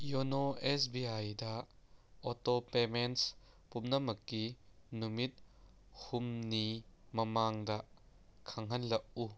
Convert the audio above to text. YONO S B ꯑꯥꯏꯗ auto payments ꯄꯨꯝꯅꯃꯛꯀꯤ ꯅꯨꯃꯤꯠ ꯍꯨꯝꯅꯤ ꯃꯃꯥꯡꯗ ꯈꯪꯍꯜꯂꯛꯎ